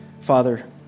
Father